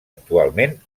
actualment